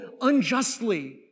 unjustly